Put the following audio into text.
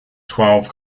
twelve